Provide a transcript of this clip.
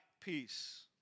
peace